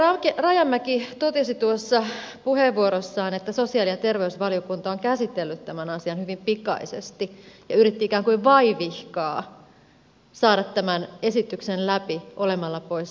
edustaja rajamäki totesi puheenvuorossaan että sosiaali ja terveysvaliokunta on käsitellyt tämän asian hyvin pikaisesti ja yritti ikään kuin vaivihkaa saada tämän esityksen läpi olemalla pois salista